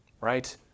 right